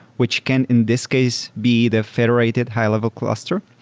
which can in this case be the federated high-level cluster,